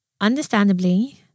understandably